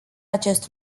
acest